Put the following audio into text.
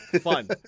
fun